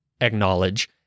acknowledge